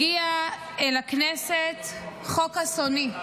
הגיע אל הכנסת חוק אסוני,